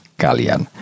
kalian